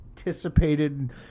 Anticipated